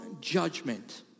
Judgment